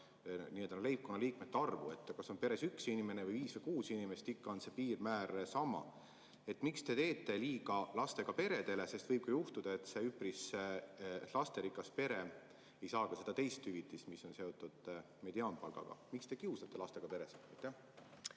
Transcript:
ei arvesta leibkonnaliikmete arvu. Kas on peres üks inimene või viis või kuus inimest, ikka on see piirmäär sama. Miks te teete liiga lastega peredele? Võib ju juhtuda, et üpris lasterikas pere ei saa seda teist hüvitist, mis on seotud mediaanpalgaga. Miks te kiusate lastega peresid?